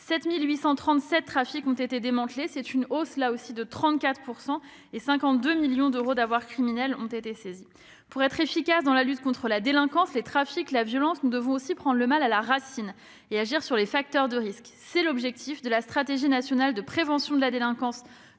7 837 trafics ont été démantelés, ce qui correspond à une hausse de 34 %; 52 millions d'euros d'avoirs criminels ont été saisis. Pour être efficaces dans la lutte contre la délinquance, les trafics, la violence, nous devons prendre le mal à la racine et agir sur les facteurs de risque. Tel est l'objectif de la stratégie nationale de prévention de la délinquance